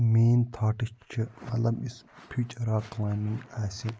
میٲنۍ تھاٹس چھِ مَطلَب یُس فیوچر آف کلایمبِنٛگ آسہِ